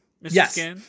Yes